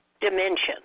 dimension